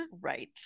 right